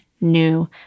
new